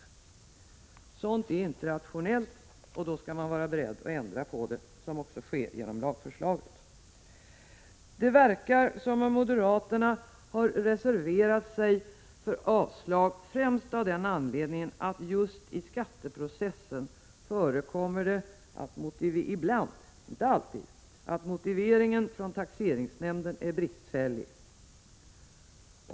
Sådant är inte rationellt, och då bör man vara beredd att ändra på det, vilket också sker genom detta lagförslag. Det verkar som om moderaterna har reserverat sig för avslag främst av den anledningen att det just i skatteprocessen ibland förekommer att motiveringen från taxeringsnämnden är bristfällig.